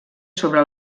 sobre